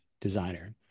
designer